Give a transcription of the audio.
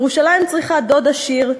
ירושלים צריכה דוד עשיר,